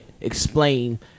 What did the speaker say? explain